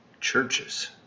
churches